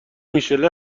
میشله